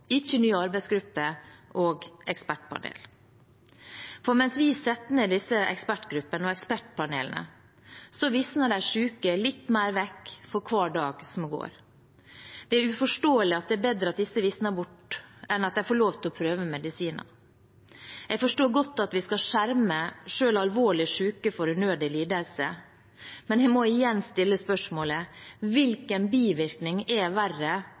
ikke nye arbeidsgrupper og ekspertpanel. For mens vi setter ned disse arbeidsgruppene og ekspertpanelene, visner de syke litt mer vekk for hver dag som går. Det er uforståelig at det er bedre at disse visner bort, enn at de får lov til å prøve medisiner. Jeg forstår godt at vi skal skjerme selv alvorlig syke for unødig lidelse, men jeg må igjen stille spørsmålet: Hvilken bivirkning er verre